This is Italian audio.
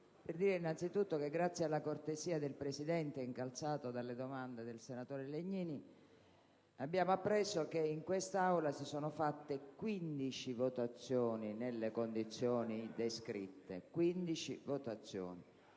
grazie alla cortesia del Presidente, incalzato dalle domande del senatore Legnini, abbiamo appreso che in quest'Aula si sono fatte quindici votazioni nelle condizioni descritte;